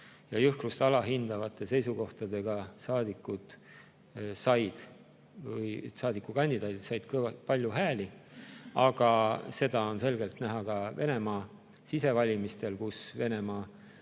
ja jõhkrust alahindavate seisukohtadega saadikud või saadikukandidaadid said palju hääli. Aga seda on selgelt näha ka Venemaa sisevalimistel, kus Venemaa